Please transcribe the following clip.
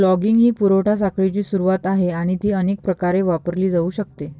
logging ही पुरवठा साखळीची सुरुवात आहे आणि ती अनेक प्रकारे वापरली जाऊ शकते